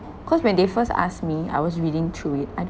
cause when they first asked me I was reading through it I don't